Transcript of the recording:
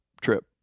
trip